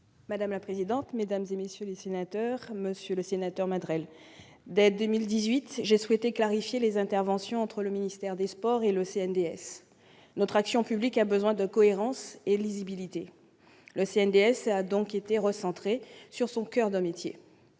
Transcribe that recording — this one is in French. Madame la présidente, mesdames, messieurs les sénateurs, monsieur le sénateur Madrelle, dès 2018, j'ai souhaité clarifier les interventions menées par le ministère des sports et le CNDS. Notre action publique a besoin de cohérence et de lisibilité. Le CNDS a donc été recentré sur son coeur de métier